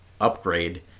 upgrade